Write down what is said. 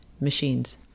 machines